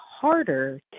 harder